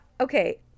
Okay